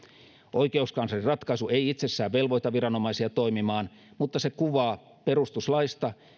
oikeuskanslerin ratkaisu ei itsessään velvoita viranomaisia toimimaan mutta se kuvaa perustuslaista